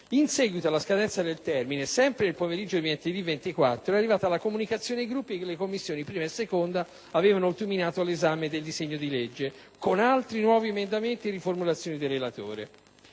In seguito alla scadenza del termine, sempre nel pomeriggio di martedì 24, è arrivata la comunicazione ai Gruppi che le Commissioni 1a e 2a avevano terminato l'esame del disegno di legge con altri nuovi emendamenti e riformulazioni del relatore.